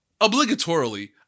obligatorily